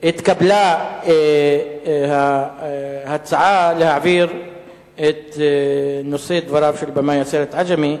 התקבלה ההצעה להעביר את הנושא של דברי במאי הסרט "עג'מי"